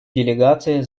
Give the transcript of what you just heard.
делегации